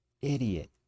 Idiot